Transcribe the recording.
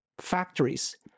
factories